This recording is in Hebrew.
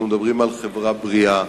אנחנו מדברים על חברה בריאה,